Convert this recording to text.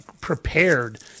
prepared